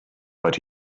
but